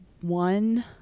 one